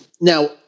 Now